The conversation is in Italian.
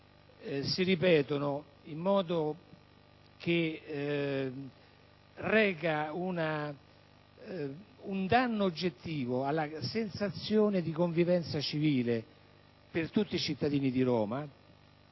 si susseguono, arrecando un danno oggettivo alla sensazione di convivenza civile per tutti i cittadini di Roma,